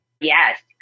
Yes